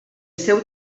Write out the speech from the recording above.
seu